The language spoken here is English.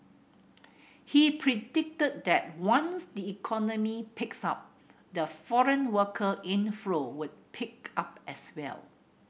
he predicted that once the economy picks up the foreign worker inflow would pick up as well